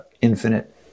infinite